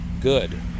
good